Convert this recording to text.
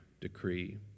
decree